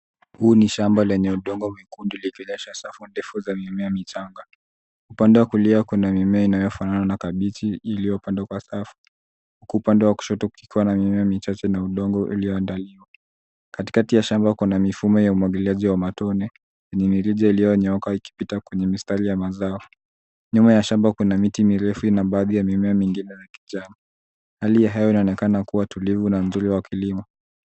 Hili ni shamba lenye udongo mzuri likidumisha safu zinazotefuza mimea michanga. Upande wa kulia kuna mimea inayofanana na kabichi iliyopandwa kwa safu. Upande wa kushoto kumeota mimea michanga na udongo. Katikati ya shamba kuna mifumo ya umwagiliaji wa matone, na mirija iliyonyooka ikipita kwenye mistari ya mazao. Nyuma ya shamba kuna miti mirefu na baadhi ya mimea mingine iliyopandwa. Hali hiyo inaonekana kuwa tulivu na nzuri kwa kilimo.